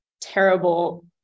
terrible